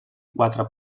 quatre